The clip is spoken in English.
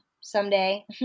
someday